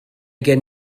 gen